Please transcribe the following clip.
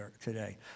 today